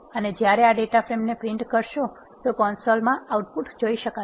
અને જયારે આ ડેટા ફ્રેમ ને પ્રિન્ટ કરશો કોન્સોલ માં આઉટપુટ જોઈ શકાય છે